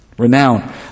renown